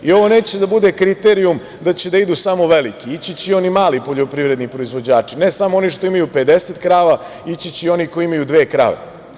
I ovo neće da bude kriterijum da će da idu samo veliki, ići će i oni mali poljoprivredni proizvođači, ne samo oni što imaju 50 krava, ići će i oni koji imaju dve krave.